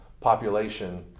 population